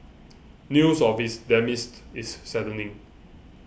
news of his demise is saddening